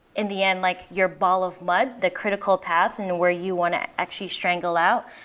in the end, like your ball of mud, the critical paths and where you want to actually strangle out,